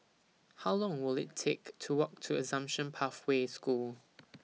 How Long Will IT Take to Walk to Assumption Pathway School